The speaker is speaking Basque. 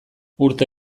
urte